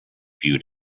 viewed